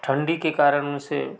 ठंडी के कारण उसे